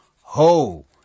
Ho